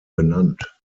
benannt